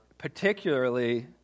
Particularly